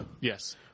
Yes